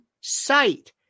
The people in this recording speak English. sight